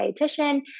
dietitian